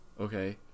okay